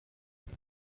hand